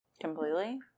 completely